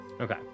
Okay